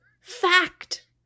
Fact